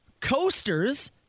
coasters